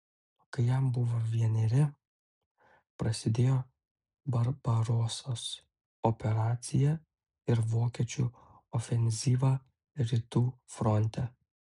kai jam buvo vieneri prasidėjo barbarosos operacija ir vokiečių ofenzyva rytų fronte